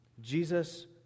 Jesus